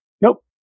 Nope